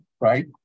right